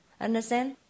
Understand